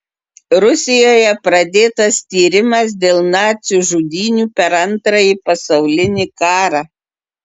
rusijoje pradėtas tyrimas dėl nacių žudynių per antrąjį pasaulinį karą